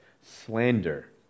slander